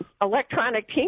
electronic